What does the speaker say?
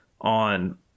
on